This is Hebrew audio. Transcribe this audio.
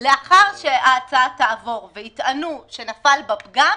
לאחר שההצעה תעבור ויטענו שנפל בה פגם,